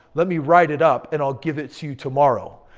let me write it up and i'll give it to you tomorrow.